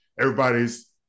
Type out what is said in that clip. everybody's